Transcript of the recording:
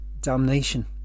damnation